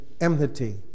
enmity